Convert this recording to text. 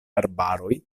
arbaroj